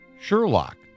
Sherlock